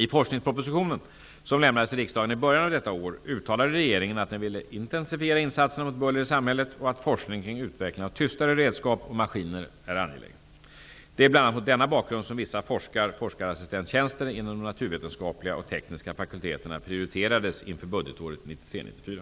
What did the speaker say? I forskningspropositionen (1992 forskarassistenttjänster inom de naturvetenskapliga och tekniska fakulteterna prioriterades inför budgetåret 1993